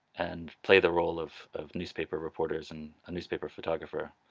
and play the role of of newspaper reporters and a newspaper photographer.